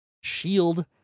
Shield